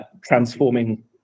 transforming